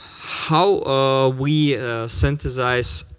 how we synthesize